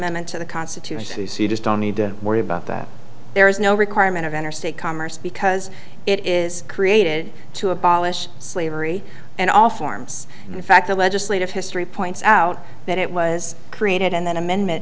to the constitution so you see you just don't need to worry about that there is no requirement of interstate commerce because it is created to abolish slavery and all forms and in fact the legislative history points out that it was created and then